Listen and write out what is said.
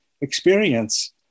experience